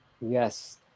Yes